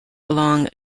along